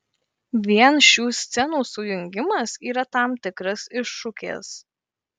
vien šių scenų sujungimas yra tam tikras iššūkis